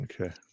Okay